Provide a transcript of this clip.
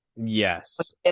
Yes